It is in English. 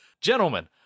Gentlemen